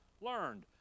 learned